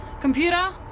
Computer